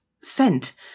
scent